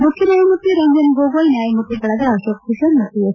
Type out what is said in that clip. ಮುಖ್ಯನ್ಲಾಯಮೂರ್ತಿ ರಂಜನ್ ಗೊಗೋಯ್ ನ್ಲಾಯಮೂರ್ತಿಗಳಾದ ಅಶೋಕ್ ಭೂಷಣ್ ಮತ್ತು ಎಸ್